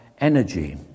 energy